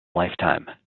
lifetime